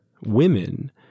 women